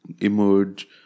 emerge